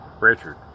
Richard